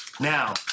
Now